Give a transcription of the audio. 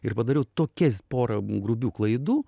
ir padariau tokias pora grubių klaidų